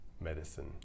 medicine